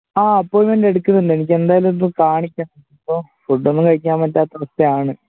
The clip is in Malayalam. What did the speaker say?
ആ അപ്പോയ്ൻമെൻറ്റ് എടുക്കുന്നുണ്ട് എനിക്കെന്തായാലുമൊന്ന് കാണിക്കാൻ ഇപ്പോള് ഫുഡ്ഡൊന്നും കഴിക്കാന് പറ്റാത്ത അവസ്ഥയാണ്